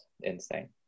Insane